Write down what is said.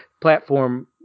platform